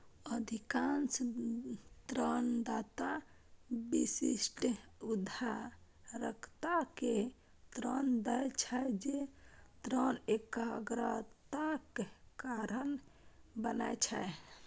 अधिकांश ऋणदाता विशिष्ट उधारकर्ता कें ऋण दै छै, जे ऋण एकाग्रताक कारण बनै छै